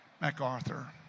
MacArthur